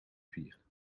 vier